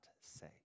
say